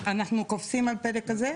אנחנו קופצים על הפרק הזה?